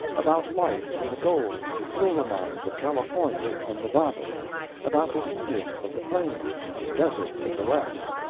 about life in the gold and silver mines of california and nevada about the indians of the plains and deserts of the west,